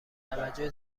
توجه